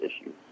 issues